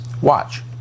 Watch